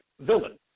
villain